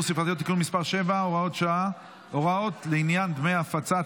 ספרתיות (תיקון מס' 7) (הוראות לעניין דמי הפצה),